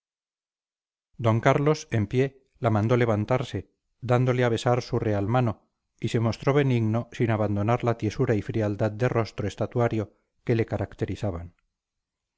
d carlos en pie la mandó levantarse dándole a besar su real mano y se mostró benigno sin abandonar la tiesura y frialdad de rostro estatuario que le caracterizaban